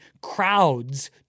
crowds